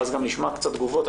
ואז גם נשמע קצת תגובות.